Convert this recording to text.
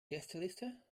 gästeliste